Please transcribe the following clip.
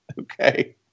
Okay